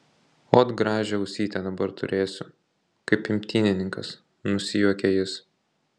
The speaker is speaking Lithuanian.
ot gražią ausytę dabar turėsiu kaip imtynininkas nusijuokė jis